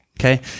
Okay